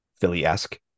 Philly-esque